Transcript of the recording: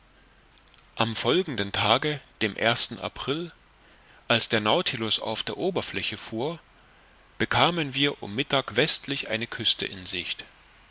am folgenden tage dem april als der nautilus auf der oberfläche fuhr bekamen wir um mittag westlich eine küste in sicht